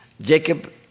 Jacob